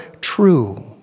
true